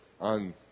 on